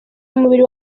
umubiri